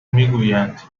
میگویند